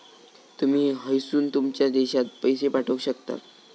तुमी हयसून तुमच्या देशात पैशे पाठवक शकता